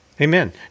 Amen